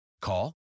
Call